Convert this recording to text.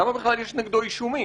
למה בכלל יש נגדו אישומים?